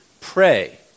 pray